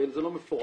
הרי זה לא מפורט,